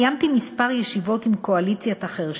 קיימתי כמה ישיבות עם קואליציית ארגוני